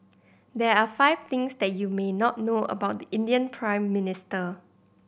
there are five things that you may not know about the Indian Prime Minister